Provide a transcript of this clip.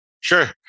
Sure